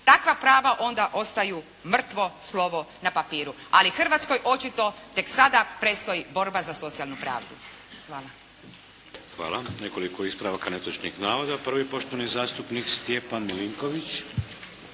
Takva prava onda ostaju mrtvo slovo na papiru. Ali Hrvatskoj očito tek sada predstoji borba za socijalnu pravdu. Hvala. **Šeks, Vladimir (HDZ)** Nekoliko ispravaka netočnih navoda. Prvi, poštovani zastupnik Stjepan Milinković.